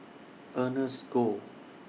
Ernest Goh